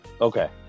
Okay